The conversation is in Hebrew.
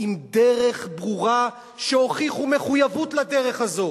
עם דרך ברורה ואשר הוכיחו מחויבות לדרך הזאת.